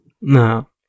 No